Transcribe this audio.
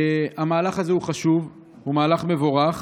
המהלך הזה הוא חשוב, הוא מהלך מבורך.